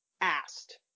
asked